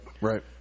right